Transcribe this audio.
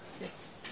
Yes